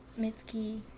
Mitski